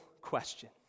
question